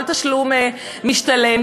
כל תשלום משתלם,